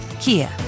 Kia